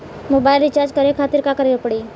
Mobile recharge करे खातिर का करे के पड़ी?